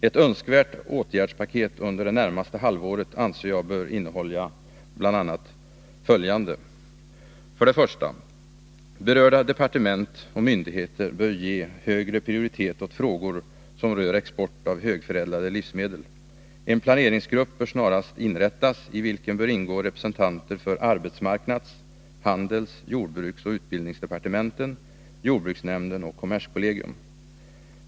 Ett önskvärt åtgärdspaket under det närmaste halvåret anser jag bör innehålla bl.a. följande: 1. Berörda departement och myndigheter bör ge högre prioritet åt frågor som rör export av högförädlade livsmedel. En planeringsgrupp bör snarast inrättas, i vilken bör ingå respresentanter för arbetsmarknads-, handels-, jordbruksoch utbildningsdepartementen, jordbruksnämnden och kommerskollegium.